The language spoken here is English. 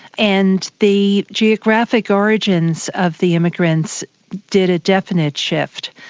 and the geographic origins of the immigrants did a definite shift.